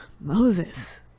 Moses